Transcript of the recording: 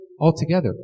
altogether